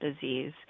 disease